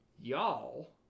Y'all